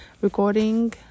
recording